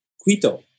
Quito